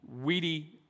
weedy